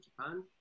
Japan